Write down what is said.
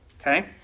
okay